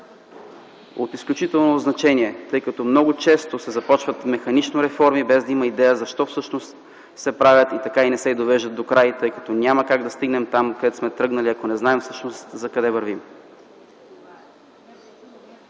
от изключително значение, защото много често се започват механично реформи без да има идея защо всъщност се правят и не се довеждат докрай, тъй като няма как да стигнем там, закъдето сме тръгнали, ако не знаем накъде вървим.